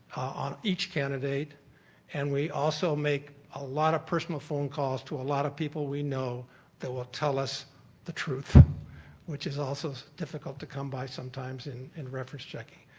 on each candidate and we also make a lot of personal phone calls to a lot of people we know that will tell us that truth which is also difficult to come by sometimes in in reference checking.